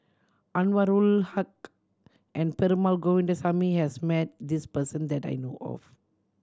Anwarul Haque and Perumal Govindaswamy has met this person that I know of